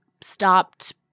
stopped –